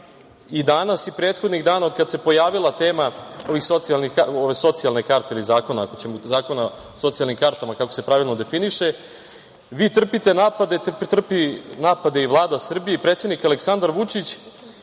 i danas i prethodnih dana od kada se pojavila tema socijalne karte ili zakona o socijalnim kartama, kako se pravilno definiše, vi trpite napade, trpi napade i Vlada Srbije i predsednik Aleksandar Vučić,